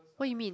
what you mean